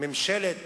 ממשלת